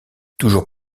toujours